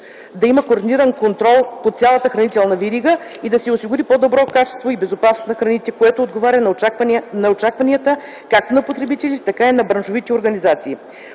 да има координиран контрол по цялата хранителна верига и да се осигури по-добро качество и безопасност на храните, което отговаря на очакванията както на потребителите, така и на браншовите организации.